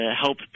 help